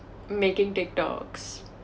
making tiktoks